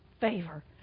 favor